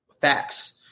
facts